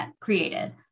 created